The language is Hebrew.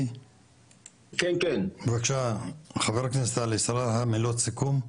חבר הכנסת עלי סלאלחה מילות סיכום.